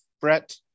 Brett